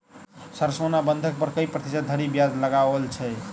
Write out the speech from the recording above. Sir सोना बंधक पर कऽ प्रतिशत धरि ब्याज लगाओल छैय?